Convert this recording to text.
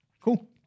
Cool